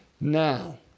Now